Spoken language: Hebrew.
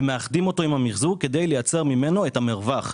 ומאחדים אותו עם המחזור כדי לייצר ממנו את המרווח.